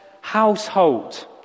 household